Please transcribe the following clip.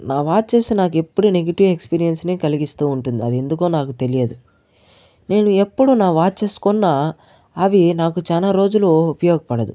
నా వాచెస్ నాకు ఎప్పుడు నెగిటివ్ ఎక్స్పీరియన్స్ నే కలిగిస్తూ ఉంటుంది అది ఎందుకో నాకు తెలియదు నేను ఎప్పుడూ నా వాచెస్ కొన్న అవి నాకు చాలా రోజులు ఉపయోగపడదు